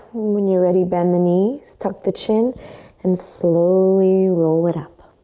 when you're ready, bend the knees, tuck the chin and slowly roll it up.